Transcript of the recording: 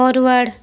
forward